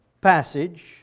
passage